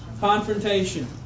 confrontation